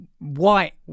white